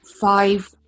five